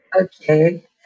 Okay